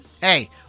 hey